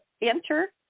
enter